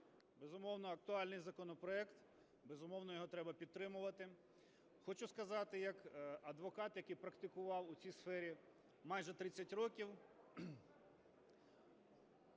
Безумовно, актуальний законопроект, безумовно, його треба підтримувати. Хочу сказати як адвокат, який практикував у цій сфері майже 30 років,